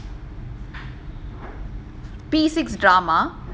P six drama or secondary school drama